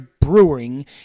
Brewing